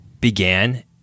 began